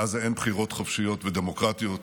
בעזה אין בחירות חופשיות ודמוקרטיות.